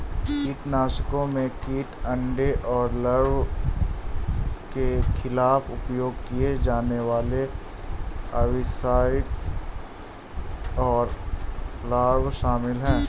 कीटनाशकों में कीट अंडे और लार्वा के खिलाफ उपयोग किए जाने वाले ओविसाइड और लार्वा शामिल हैं